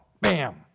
Bam